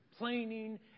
Complaining